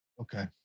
Okay